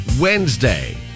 Wednesday